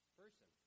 person